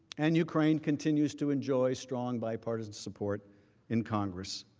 and ukraine continues to enjoy strong bipartisan support in congress